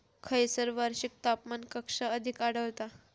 खैयसर वार्षिक तापमान कक्षा अधिक आढळता?